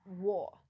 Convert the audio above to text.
war